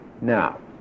now